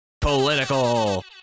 Political